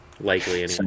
Likely